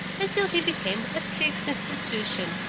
until he became a fixed institution,